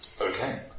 Okay